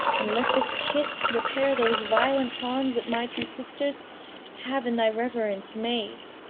and let this kiss repair those violent harms that my two sisters have in thy reverence made!